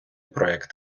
проект